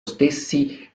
stessi